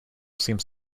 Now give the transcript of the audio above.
seems